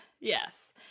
Yes